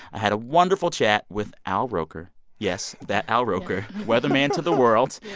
i had a wonderful chat with al roker yes, that al roker weatherman to the world.